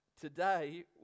Today